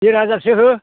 देर हाजारसो हो